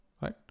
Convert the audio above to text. right